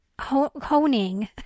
honing